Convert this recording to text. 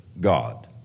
God